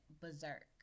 berserk